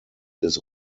des